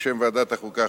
בשם ועדת החוקה,